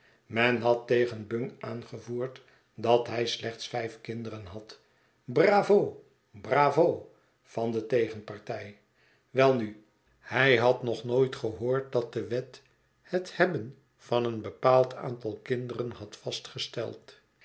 men had tegen bung aangevoerd dat hij slechts vijf kinder en had bravo bravo van de tegenpartij welnu hij had nog nooit gehoord dat de wet het hebben van een bepaald aantal kinderen had vastgesteld